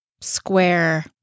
Square